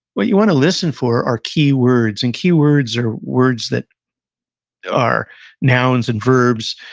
what you want to listen for are keywords, and keywords are words that are nouns and verbs,